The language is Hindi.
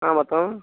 हाँ बताओ